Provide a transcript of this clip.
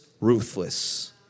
ruthless